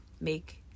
make